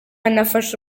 nafashe